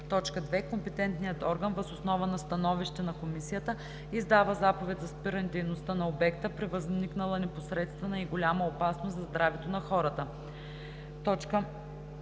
или 2. компетентният орган, въз основа на становище на комисията, издава заповед за спиране дейността на обекта – при възникнала непосредствена и голяма опасност за здравето на хората.“ 5.